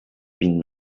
been